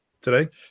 today